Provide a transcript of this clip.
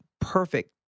perfect